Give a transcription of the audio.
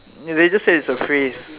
they just said it's a phrase